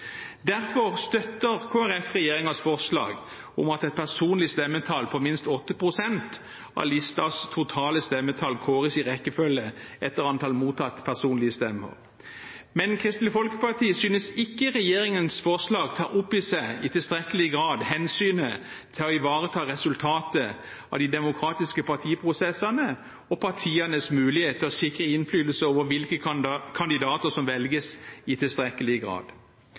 Derfor støtter Kristelig Folkeparti regjeringens forslag om at et personlig stemmetall på minst 8 pst. av listens totale stemmetall kåres i rekkefølge etter antall mottatte personlige stemmer. Men Kristelig Folkeparti synes ikke regjeringens forslag i tilstrekkelig grad tar opp i seg hensynet til å ivareta resultatet av de demokratiske partiprosessene og partienes mulighet til å sikre innflytelse over hvilke kandidater som velges.